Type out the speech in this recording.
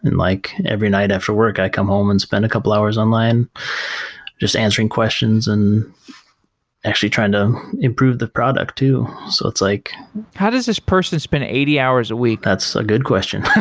and like every night after work, i come home and spend a couple hours online just answering questions and actually trying to improve the product to so like how does this person spend eighty hours a week? that's a good question.